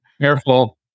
Careful